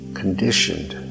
conditioned